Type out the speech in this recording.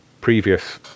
previous